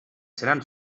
seran